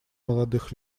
молодых